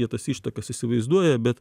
jie tas ištakas įsivaizduoja bet